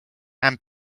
and